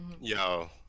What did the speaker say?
yo